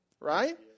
Right